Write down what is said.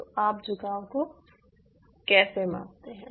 तो आप झुकाव को कैसे मापते हैं